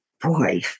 boy